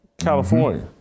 California